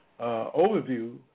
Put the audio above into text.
overview